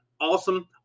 awesome